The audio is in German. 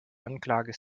anklage